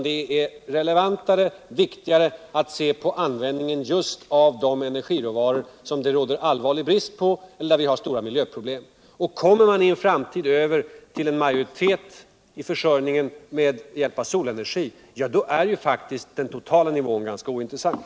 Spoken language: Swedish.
Det är relevantare och viktigare alt se på användningen just av de energiråvaror som det råder allvarlig brist på och där vi har stora miljöproblem. Kommer man i framtiden över till en huvudsaklig försörjning med solenergi är faktiskt den totala nivån ganska ointressant.